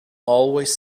always